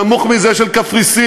נמוך מזה של קפריסין,